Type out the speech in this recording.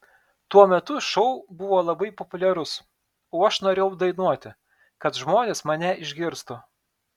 tuo metu šou buvo labai populiarus o aš norėjau dainuoti kad žmonės mane išgirstų